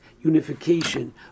unification